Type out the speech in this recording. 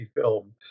film